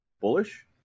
bullish